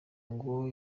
ngo